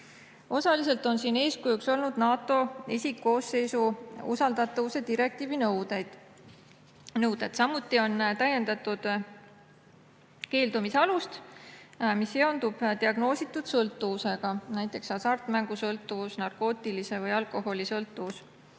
Osaliselt on siin eeskujuks olnud NATO isikkoosseisu usaldatavuse direktiivi nõuded. Samuti on täiendatud keeldumise alust, mis seondub diagnoositud sõltuvusega, näiteks hasartmängusõltuvus, narkootilise aine või alkoholisõltuvus.